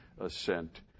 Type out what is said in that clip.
assent